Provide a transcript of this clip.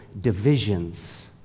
divisions